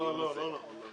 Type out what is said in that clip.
לא לא, לא נכון.